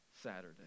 Saturday